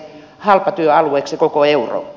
halpatyöalueeksi koko eurooppa